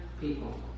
people